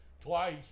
twice